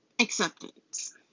acceptance